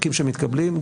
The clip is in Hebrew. תיקים שמתקבלים,